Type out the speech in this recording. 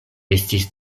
estis